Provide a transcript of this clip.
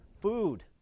food